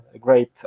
great